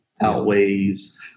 outweighs